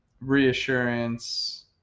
reassurance